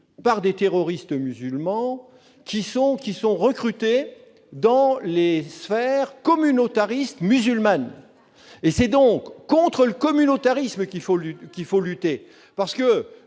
par des terroristes musulmans, recrutés dans les sphères communautaristes musulmanes. C'est donc contre le communautarisme qu'il faut lutter ; en